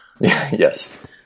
Yes